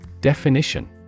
Definition